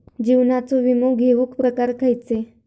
जीवनाचो विमो घेऊक प्रकार खैचे?